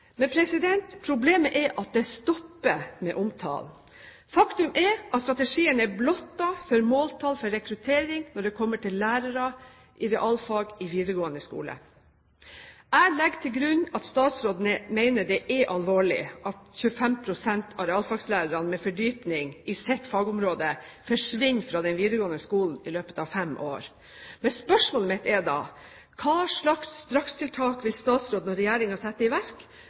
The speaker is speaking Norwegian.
Problemet er at det stopper med omtalen. Faktum er at strategien er blottet for måltall for rekruttering når det kommer til lærere i realfag i videregående skole. Jeg legger til grunn at statsråden mener det er alvorlig at 25 pst. av realfagslærerne med fordypning i sitt fagområde forsvinner fra den videregående skolen i løpet av fem år. Spørsmålet mitt er da: Hva slags strakstiltak vil statsråden og regjeringen sette i verk